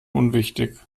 unwichtig